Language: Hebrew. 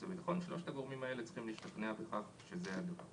והביטחון אז שלושת הגורמים צריכים להשתכנע בכך שזה ---.